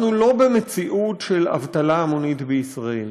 אנחנו לא במציאות של אבטלה המונית בישראל,